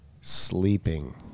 Sleeping